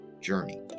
journey